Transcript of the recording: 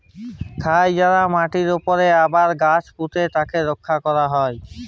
ক্ষয় যায়া মাটির উপরে যদি আবার গাছ পুঁতে তাকে রক্ষা ক্যরা হ্যয়